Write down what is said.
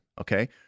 Okay